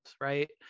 right